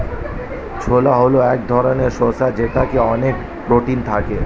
ছোলা হল এক ধরনের শস্য যেটাতে অনেক প্রোটিন থাকে